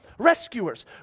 rescuers